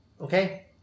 Okay